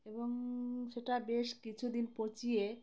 এবং সেটা বেশ কিছুদিন পচিয়ে